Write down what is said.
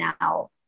now